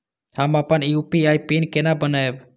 हम अपन UPI PIN केना बनैब?